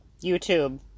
YouTube